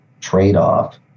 trade-off